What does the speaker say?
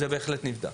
זה בהחלט נבדק.